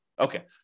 Okay